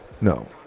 No